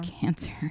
cancer